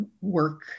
work